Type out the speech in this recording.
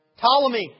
Ptolemy